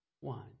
One